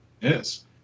Yes